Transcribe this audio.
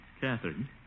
Catherine